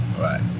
right